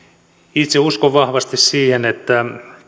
itse uskon vahvasti siihen että